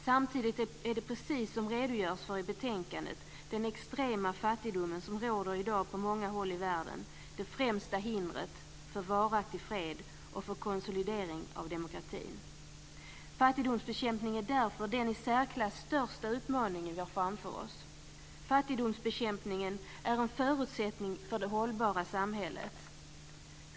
Samtidigt är, precis som det redogörs för i betänkandet, den extrema fattigdom som i dag råder på många håll i världen det främsta hindret för varaktig fred och för konsolidering av demokratin. - Fattigdomsbekämpning är därför den i särklass största utmaningen vi har framför oss. - Fattigdomsbekämpningen är en förutsättning för det hållbara samhället.